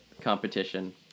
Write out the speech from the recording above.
competition